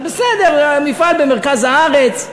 אז בסדר, מפעל במרכז הארץ,